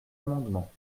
amendement